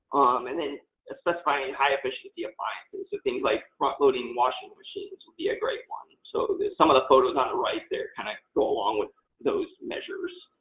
and then specifying high-efficiency appliances. so, things like front-loading washing machines would be a great one. so, some of the photos on the right there kind of go along with those measures.